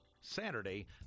Saturday